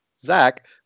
Zach